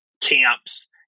camps